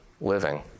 Living